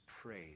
praise